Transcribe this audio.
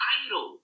idol